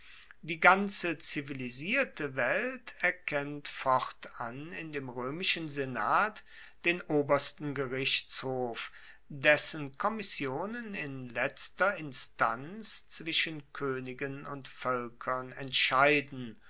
die ganze zivilisierte welt erkennt fortan in dem roemischen senat den obersten gerichtshof dessen kommissionen in letzter instanz zwischen koenigen und voelkern entscheiden